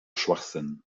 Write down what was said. schwachsinn